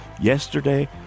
Yesterday